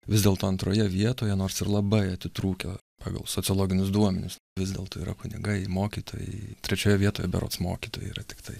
vis dėlto antroje vietoje nors ir labai atitrūkę pagal sociologinius duomenis vis dėlto yra kunigai mokytojai trečioj vietoj berods mokytojai yra tiktai